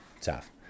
tough